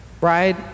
right